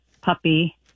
puppy